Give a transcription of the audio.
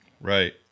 right